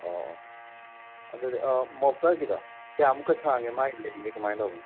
ꯑꯣ ꯑꯣ ꯑꯗꯨꯗꯤ ꯃꯣꯐ꯭ꯂꯔꯒꯤꯗꯣ ꯀꯌꯥꯃꯨꯛꯀ ꯁꯥꯡꯒꯦ ꯃꯥꯒꯤ ꯂꯦꯡꯁꯦ ꯀꯃꯥꯏ ꯇꯧꯕꯅꯣ